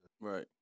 right